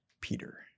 Peter